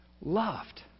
loved